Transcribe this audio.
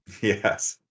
Yes